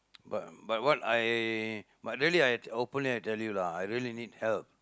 but but what I but really I openly I tell you lah I really need help